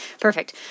perfect